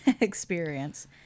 experience